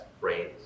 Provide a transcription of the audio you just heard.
brains